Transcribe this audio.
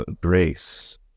grace